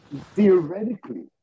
Theoretically